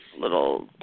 little